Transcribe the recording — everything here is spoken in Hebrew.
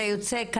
כמה זה יוצא?